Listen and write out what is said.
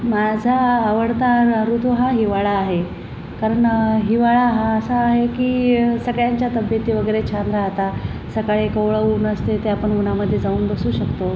माझा आवडता ऋतू हा हिवाळा आहे कारण हिवाळा हा असा आहे की सगळ्यांच्या तब्येती वगैरे छान राहतात सकाळी कोवळं ऊन असते ते आपण उन्हामधे जाऊन बसू शकतो